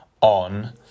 on